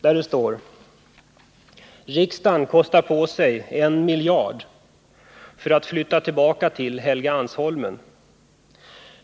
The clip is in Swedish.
Där står att riksdagen kostar på sig 1 miljard för att flytta tillbaka till Helgeandsholmen.